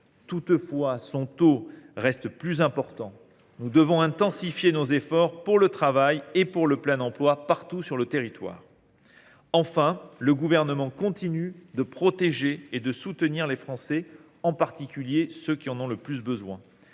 toutefois, son taux y reste plus important. Nous devons intensifier nos efforts pour le travail et pour le plein emploi partout sur le territoire. Enfin, le Gouvernement continue de protéger et de soutenir les Français, en particulier ceux qui en ont le plus besoin.